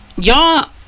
y'all